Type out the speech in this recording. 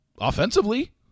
Offensively